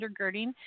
undergirding